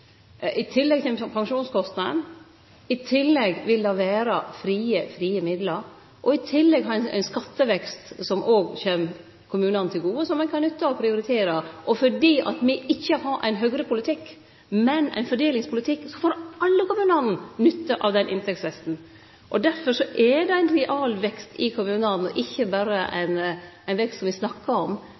I tillegg kjem pensjonskostnadene. I tillegg vil det vere frie midlar, og i tillegg til det har ein ein skattevekst som òg kjem kommunane til gode, som ein kan nytte til å prioritere. Fordi me ikkje har ein høgrepolitikk, men ein fordelingspolitikk, får alle kommunane nytte av den inntektsveksten. Derfor er det ein realvekst i kommunane og ikkje berre ein vekst som me snakkar om,